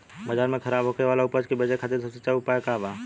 बाजार में खराब होखे वाला उपज के बेचे खातिर सबसे अच्छा उपाय का बा?